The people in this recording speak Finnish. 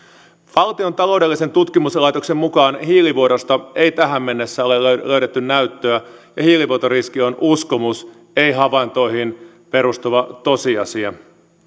valtion taloudellisen tutkimuslaitoksen mukaan hiilivuodosta ei tähän mennessä ole ole löydetty näyttöä ja hiilivuotoriski on uskomus ei havaintoihin perustuva tosiasia